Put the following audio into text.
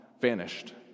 vanished